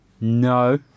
No